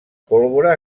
pólvora